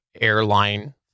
Airline